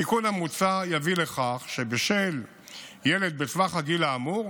התיקון המוצע יביא לכך שבשל ילד בטווח הגילאים האמור,